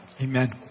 Amen